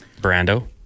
Brando